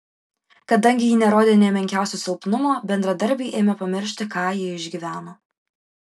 kadangi ji nerodė nė menkiausio silpnumo bendradarbiai ėmė pamiršti ką ji išgyveno